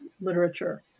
literature